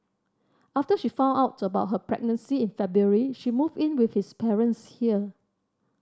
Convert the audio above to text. after she found out about her pregnancy in February she moved in with his parents here